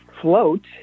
float